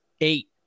eight